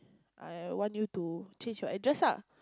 I want you to change your address ah